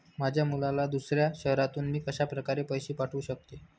माझ्या मुलाला दुसऱ्या शहरातून मी कशाप्रकारे पैसे पाठवू शकते?